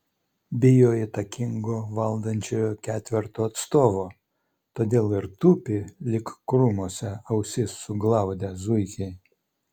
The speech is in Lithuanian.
bijo įtakingo valdančiojo ketverto atstovo todėl ir tupi lyg krūmuose ausis suglaudę zuikiai